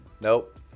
Nope